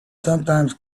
sometimes